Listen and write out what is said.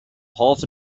half